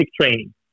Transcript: training